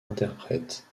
interprètes